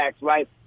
right